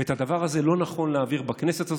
ואת הדבר הזה לא נכון להעביר בכנסת הזאת,